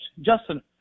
Justin